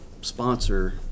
sponsor